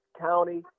County